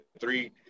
three